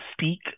speak